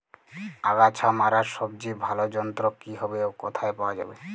আগাছা মারার সবচেয়ে ভালো যন্ত্র কি হবে ও কোথায় পাওয়া যাবে?